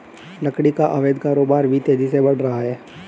लकड़ी का अवैध कारोबार भी तेजी से बढ़ रहा है